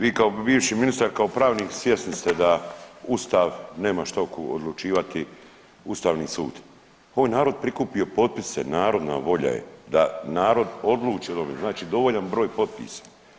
Vi kao bivši ministar i kao pravnik svjesni ste da Ustav nema šta odlučivati Ustavni sud, ovo je narod prikupio potpise, narodna volja je da narod odluči od …, znači dovoljan broj potpisa.